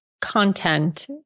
content